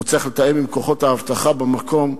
הוא צריך לתאם עם כוחות האבטחה במקום,